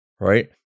right